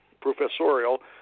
Professorial